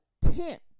tent